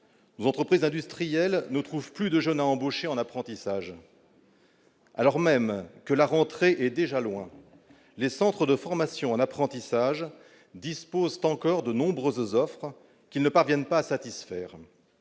entreprises industrielles nous trouve plus de jeunes embauchés en apprentissage. Alors même que la rentrée est déjà loin, les centres de formation en apprentissage disposent encore de nombreuses offres qui ne parviennent pas à satisfaire